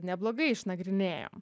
neblogai išnagrinėjom